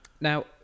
Now